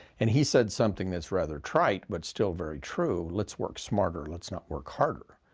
and he said something that's rather trite but still very true let's work smarter, let's not work harder.